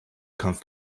kampf